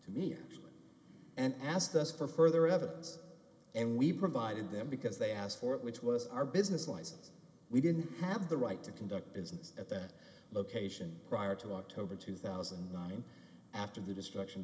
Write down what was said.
to me and asked us for further evidence and we provided them because they asked for it which was our business license we didn't have the right to conduct business at that location prior to october two thousand and nine after the destruction